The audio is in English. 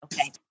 Okay